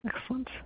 Excellent